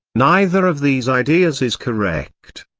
neither of these ideas is correct.